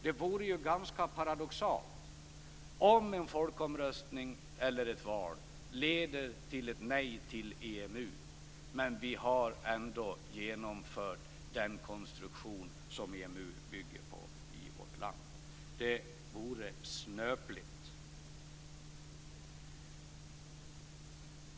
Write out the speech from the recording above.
Det vore ju paradoxalt om en folkomröstning eller ett val ledde till ett nej till EMU och vi ändå i vårt land genomfört den konstruktion som EMU bygger på. Det vore snöpligt.